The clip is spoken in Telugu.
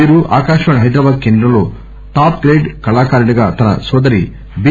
వీరు ఆకాశవాణి హైదరాబాద్ కేంద్రంలో టాప్ గ్రేడ్ కళాకారిణిగా తన నోదరి బి